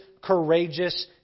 courageous